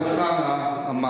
מה שטלב אלסאנע אמר.